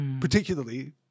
particularly